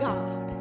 God